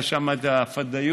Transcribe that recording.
היה שם הפדאיון,